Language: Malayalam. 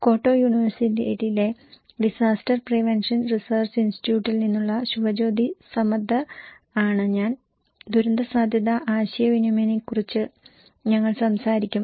ക്യോട്ടോ യൂണിവേഴ്സിറ്റിയിലെ ഡിസാസ്റ്റർ പ്രിവൻഷൻ റിസർച്ച് ഇൻസ്റ്റിറ്റ്യൂട്ടിൽ നിന്നുള്ള ശുഭജ്യോതി സമദ്ദർ ആണ് ഞാൻ ദുരന്തസാധ്യതാ ആശയവിനിമയത്തെക്കുറിച്ച് ഞങ്ങൾ സംസാരിക്കും